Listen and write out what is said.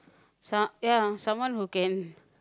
some ya someone who can